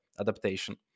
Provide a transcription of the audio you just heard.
adaptation